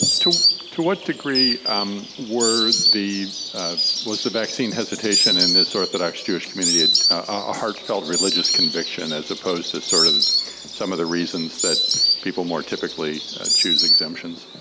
to to what degree um were the was the vaccine hesitation in this orthodox jewish community, a heartfelt religious conviction as opposed to sort of some of the reasons that people more typically choose exemptions?